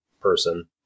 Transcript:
person